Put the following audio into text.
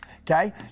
Okay